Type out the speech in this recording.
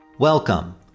Welcome